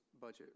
budget